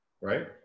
right